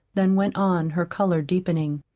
then went on, her color deepening.